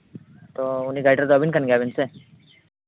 ᱛᱳ ᱩᱱᱤ ᱜᱟᱭᱰᱟᱨ ᱫᱚ ᱟᱹᱵᱤᱱ ᱠᱟᱱ ᱜᱮᱭᱟᱵᱮᱱ ᱥᱮ